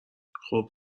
خوب